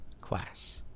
class